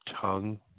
tongue